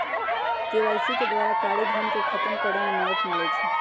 KYC के द्वारा कारी धन के खतम करए में मदद मिलइ छै